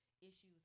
issues